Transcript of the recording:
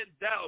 doubt